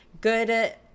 good